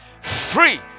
Free